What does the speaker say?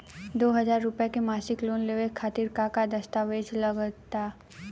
दो हज़ार रुपया के मासिक लोन लेवे खातिर का का दस्तावेजऽ लग त?